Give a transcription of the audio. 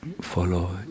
follow